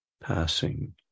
passing